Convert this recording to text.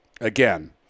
again